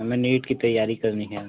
हमें नीट की तैयारी करनी है